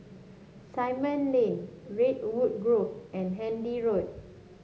Simon Lane Redwood Grove and Handy Road